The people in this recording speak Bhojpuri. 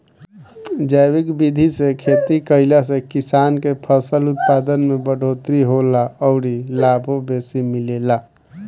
जैविक विधि से खेती कईला से किसान के फसल उत्पादन में बढ़ोतरी होला अउरी लाभो बेसी मिलेला